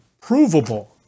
provable